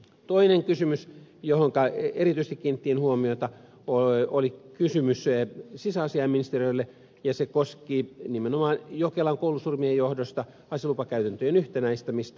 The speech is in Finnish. toinen kysymys johonka erityisesti kiinnitettiin huomiota oli kysymys sisäasiainministeriölle ja se koski nimenomaan jokelan koulusurmien johdosta aselupakäytäntöjen yhtenäistämistä